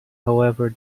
however